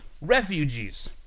refugees